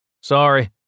Sorry